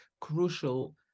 crucial